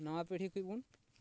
ᱱᱟᱣᱟ ᱯᱤᱲᱦᱤ ᱠᱷᱚᱪ ᱵᱚᱱ